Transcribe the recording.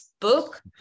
book